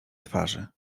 twarzy